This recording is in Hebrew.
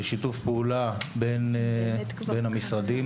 בשיתוף פעולה בין המשרדים.